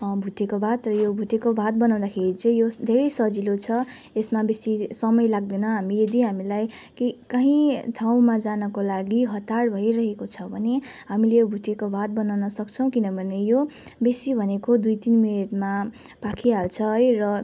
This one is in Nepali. भुटेको भात र यो भुटेको भात बनाउँदाखेरि चाहिँ धेरै सजिलो छ यसमा बेसी समय लाग्दैन यदि हामीलाई कहीँ ठाउँमा जानको लागि हतार भइरहेको छ भने हामीले यो भुटेको भात बनाउन सक्छौँ किनभने यो बेसी भनेको दुई तिन मिनेटमा पाकिहाल्छ है र